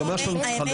המגמה שלנו צריכה